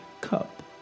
cup